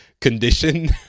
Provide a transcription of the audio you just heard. condition